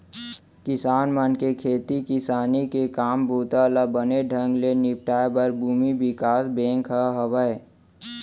किसान मन के खेती किसानी के काम बूता ल बने ढंग ले निपटाए बर भूमि बिकास बेंक ह हावय